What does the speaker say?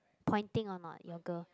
pointing or not your girl